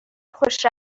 خوش